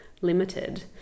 limited